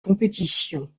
compétition